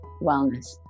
wellness